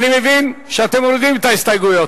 אני מבין שאתם מורידים את ההסתייגויות.